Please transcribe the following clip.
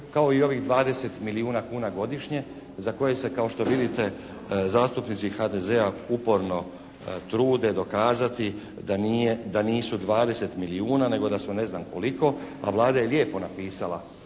kao i ovih 20 milijuna kuna godišnje za koje se kao što vidite zastupnici HDZ-a uporno trude dokazati da nisu 20 milijuna nego da su ne znam koliko. A Vlada je lijepo napisala,